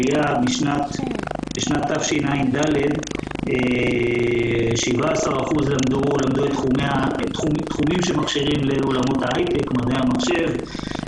בשנת תשע"ד 17% למדו תחומים שמכשירים לעולמות ההייטק מדעי המחשב,